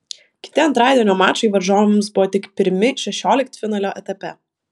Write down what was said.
kiti antradienio mačai varžovams buvo tik pirmi šešioliktfinalio etape